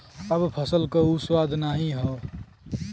अब फसल क उ स्वाद नाही हौ